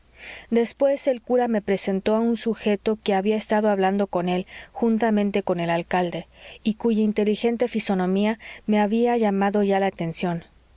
después el cura me presentó a un sujeto que había estado hablando con él juntamente con el alcalde y cuya inteligente fisonomía me había llamado ya la atención